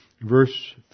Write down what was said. verse